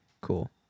Cool